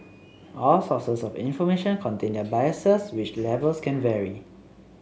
all sources of information contain their biases which levels can vary